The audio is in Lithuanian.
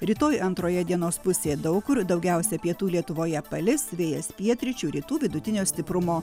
rytoj antroje dienos pusėje daug kur daugiausia pietų lietuvoje palis vėjas pietryčių rytų vidutinio stiprumo